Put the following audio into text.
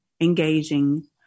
engaging